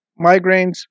migraines